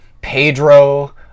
Pedro